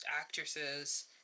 actresses